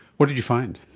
what did you find?